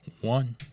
One